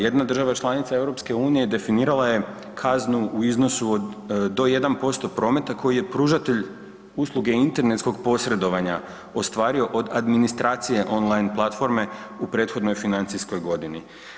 Jedna država članica EU definirala je kaznu u iznosu do 1% prometa koji je pružatelj usluge internetskog posredovanja ostvario od administracije on line platforme u prethodnoj financijskoj godini.